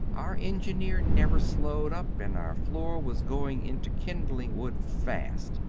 our engineer never slowed up, and our floor was going into kindling-wood fast.